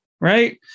right